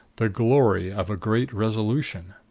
the glory of a great resolution.